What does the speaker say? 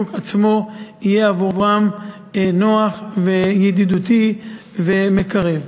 עצמו יהיה עבורם נוח וידידותי ומקרב.